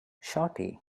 shawty